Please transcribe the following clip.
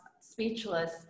speechless